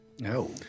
No